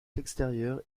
l’extérieur